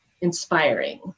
inspiring